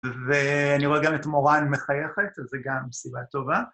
ואני רואה גם את מורן מחייכת, אז זה גם סיבה טובה.